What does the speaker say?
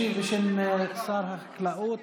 ישיב, בשם שר החקלאות,